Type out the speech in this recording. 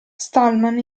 stallman